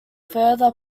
further